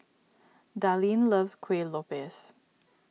Darlene loves Kuih Lopes